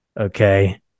Okay